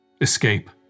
Escape